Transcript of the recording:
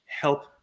help